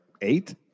eight